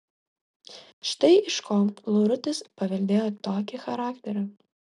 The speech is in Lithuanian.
štai iš ko laurutis paveldėjo tokį charakterį